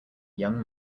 young